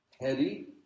Heady